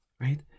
right